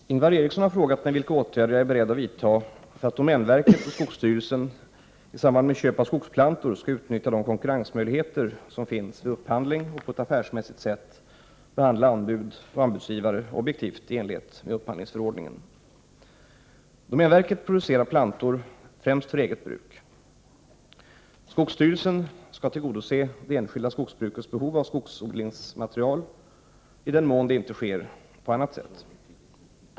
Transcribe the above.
Herr talman! Ingvar Eriksson har frågat mig vilka åtgärder jag är beredd att vidta för att domänverket och skogsstyrelsen i samband med köp av skogsplantor skall utnyttja de konkurrensmöjligheter som finns vid upphandling och på ett affärsmässigt sätt behandla anbud och anbudsgivare objektivt i enlighet med upphandlingsförordningen. Domänverket producerar plantor främst för eget bruk. Skogsstyrelsen skall tillgodose det enskilda skogsbrukets behov av skogsodlingsmaterial i den mån det inte sker på annat sätt.